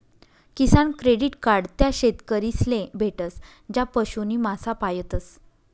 किसान credit card त्या शेतकरीस ले भेटस ज्या पशु नी मासा पायतस